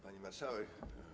Pani Marszałek!